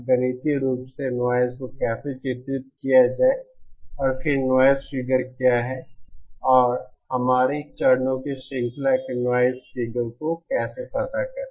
गणितीय रूप से नॉइज़ को कैसे चित्रित किया जाए और फिर नॉइज़ फिगर क्या है और हमारे चरणों की श्रृंखला के नॉइज़ फिगर कैसे पता करें